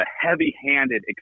heavy-handed